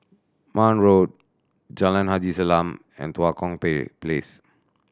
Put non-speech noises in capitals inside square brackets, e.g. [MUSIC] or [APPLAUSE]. Marne Road Jalan Haji Salam and Tua Kong [UNINTELLIGIBLE] Place